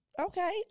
Okay